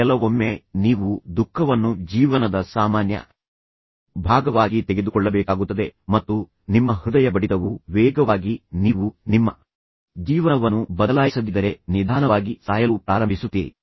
ಆದ್ದರಿಂದ ಕೆಲವೊಮ್ಮೆ ನೀವು ದುಃಖವನ್ನು ಜೀವನದ ಸಾಮಾನ್ಯ ಭಾಗವಾಗಿ ತೆಗೆದುಕೊಳ್ಳಬೇಕಾಗುತ್ತದೆ ಮತ್ತು ನಿಮ್ಮ ಹೃದಯ ಬಡಿತವು ವೇಗವಾಗಿ ನೀವು ನಿಮ್ಮ ಜೀವನವನ್ನು ಬದಲಾಯಿಸದಿದ್ದರೆ ನಿಧಾನವಾಗಿ ಸಾಯಲು ಪ್ರಾರಂಭಿಸುತ್ತೀರಿ